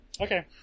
Okay